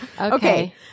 Okay